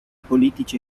politici